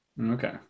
okay